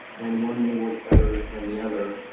and one may work better than the other,